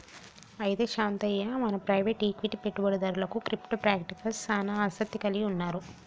అయితే శాంతయ్య మన private equity పెట్టుబడిదారులు క్రిప్టో పాజెక్టలకు సానా ఆసత్తి కలిగి ఉన్నారు